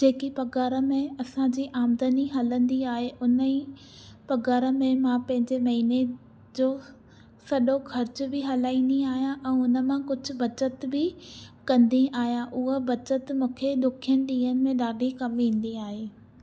जेकी पगारु में असांजी आमदनी हलन्दी आहे उन्ही पगारु में मां पंहिंजी महीने जो सजो ख़र्चु बि हलाईन्दी आहियां ऐं उन मां कुझ बचतु बि कन्दी आहियां उहा बचतु मूंखे ॾुखियनि ॾींहनि में ॾाढी कमु ईन्दी आहे